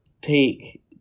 take